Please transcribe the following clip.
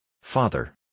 Father